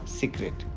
secret